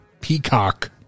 Peacock